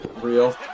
real